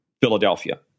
Philadelphia